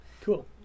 Cool